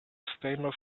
stainless